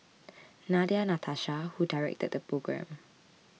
Nadia Natasha who directed the programme